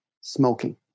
smoking